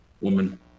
woman